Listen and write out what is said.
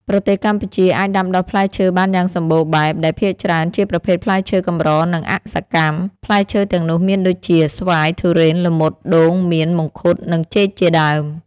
ប្រទេសកម្ពុជាអាចដាំដុះផ្លែឈើបានយ៉ាងសម្បូរបែប ដែលភាគច្រើនជាប្រភេទផ្លែឈើកម្រនិងអសកម្ម ។ ផ្លែឈើទាំងនោះមានដូចជា ស្វាយ ធូរេន ល្មុត ដូង មៀន មង្ឃុត និង ចេក ជាដើម។